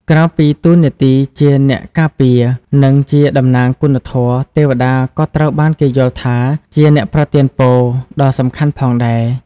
ក្រៅពីតួនាទីជាអ្នកការពារ និងជាតំណាងគុណធម៌ ទេវតាក៏ត្រូវបានគេយល់ថាជា អ្នកប្រទានពរ ដ៏សំខាន់ផងដែរ។